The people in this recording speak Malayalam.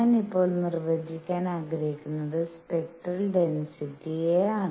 ഞാൻ ഇപ്പോൾ നിർവചിക്കാൻ ആഗ്രഹിക്കുന്നത് സ്പെക്ട്രൽ ഡെൻസിറ്റിയെയാണ്